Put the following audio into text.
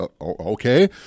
Okay